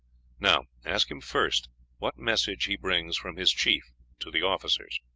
now ask him first what message he brings from his chief to the officers.